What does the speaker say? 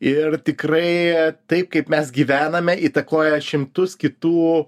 ir tikrai taip kaip mes gyvename įtakoja šimtus kitų